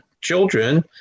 children